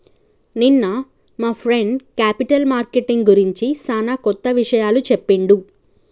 నిన్న మా friend capital marketing గురించి సానా కొత్త విషయాలు చెప్పిండు